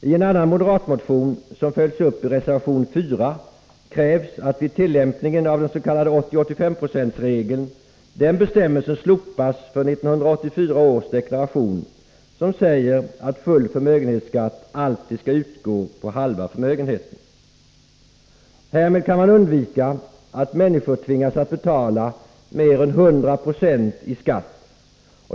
I en annan moderat motion, som följs upp i reservation 4, krävs att den bestämmelse som säger att full förmögenhetsskatt alltid skall utgå på halva förmögenheten, vid tillämpningen av den s.k. 80/85-procentsregeln, slopas för 1984 års deklaration. Härmed kan man undvika att människor tvingas att betala mer än 100 96 i skatt.